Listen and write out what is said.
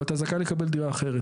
ואתה זכאי לקבל דירה אחרת.